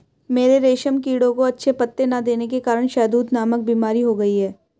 मेरे रेशम कीड़ों को अच्छे पत्ते ना देने के कारण शहदूत नामक बीमारी हो गई है